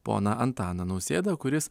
poną antaną nausėdą kuris